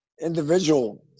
individual